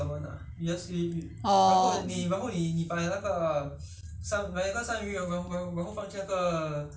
um okay 如果你要吃三文鱼要吃三文鱼你要放那个 ah